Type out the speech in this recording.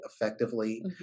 effectively